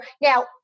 now